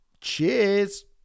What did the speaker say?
cheers